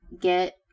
get